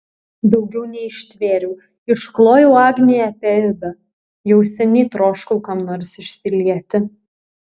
daugiau neištvėriau išklojau agnei apie idą jau seniai troškau kam nors išsilieti